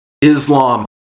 Islam